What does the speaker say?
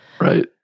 right